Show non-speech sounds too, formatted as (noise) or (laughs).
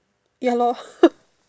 ya lor (laughs)